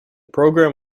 program